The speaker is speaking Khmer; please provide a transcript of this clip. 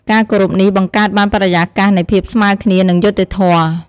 ការគោរពនេះបង្កើតបានបរិយាកាសនៃភាពស្មើគ្នា និងយុត្តិធម៌។